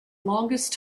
longest